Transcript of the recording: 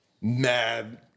mad